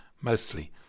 mostly